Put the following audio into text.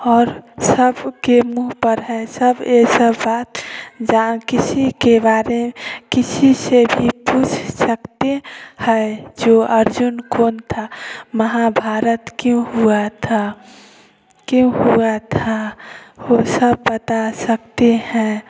और सबके मुंह पर है सब ऐसा बात जान किसी के बारे किसी से भी पूछ सकते हैं जो अर्जुन कौन था महाभारत क्यों हुआ था क्यों हुआ था वो सब बता सकते हैं